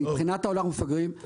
מבחינת העולם אנחנו מפגרים.